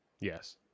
yes